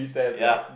ya